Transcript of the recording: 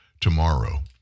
tomorrow